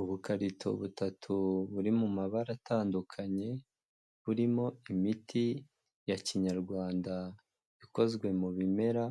Ubukarito butatu buri mu mabara atandukanye burimo imiti ya kinyarwanda ikozwe mu bimera,